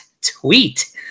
Tweet